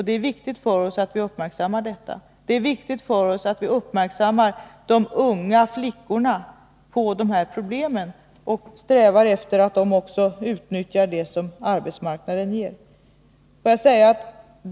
Det är viktigt för — nadssituationen oss att uppmärksamma detta. Och det är viktigt för oss att de unga flickorna —;j Stockholmsgörs uppmärksamma på de här problemen och att vi strävar efter att också de regionen utnyttjar det som arbetsmarknaden ger.